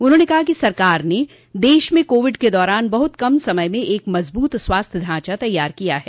उन्होंने कहा कि सरकार ने देश में कोविड के दौरान बहुत कम समय में एक मजबूत स्वास्थ्य ढांचा तैयार किया है